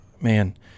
man